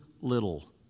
little